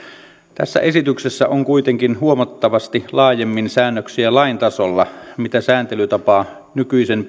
tässä esityksessä on kuitenkin huomattavasti laajemmin säännöksiä lain tasolla mitä sääntelytapaa nykyisen